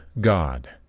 God